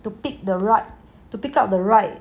to pick the right to pick up the right